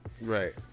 right